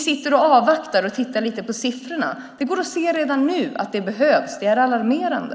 Tänker ni avvakta och titta lite på siffrorna? Det går att se redan nu att det behövs. Det är alarmerande.